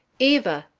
eva!